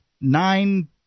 nine